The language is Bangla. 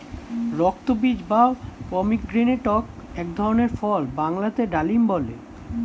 রক্তবীজ বা পমিগ্রেনেটক এক ধরনের ফল বাংলাতে ডালিম বলে